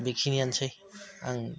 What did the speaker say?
बेखिनियानोसै आं